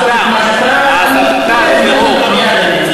זה טרור, לא דיפלומטי.